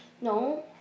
No